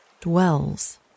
dwells